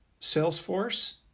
Salesforce